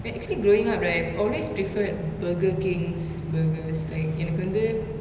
when actually growing up right I always preferred burger king's burgers like எனக்கு வந்து:enaku vanthu